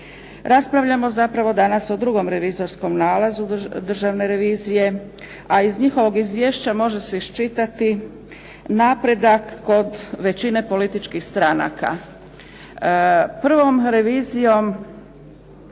Raspravljamo zapravo danas o drugom revizorskom nalazu Državne revizije a iz njihovog izvješća može se iščitati napredak kod većine političkih stranaka.